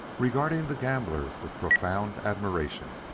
regarding the gambler with profound admiration.